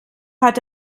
hat